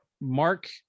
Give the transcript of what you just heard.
Mark